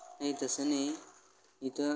नाही तसं नाही इथं